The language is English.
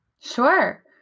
Sure